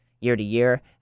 year-to-year